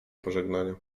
pożegnanie